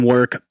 Work